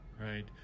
right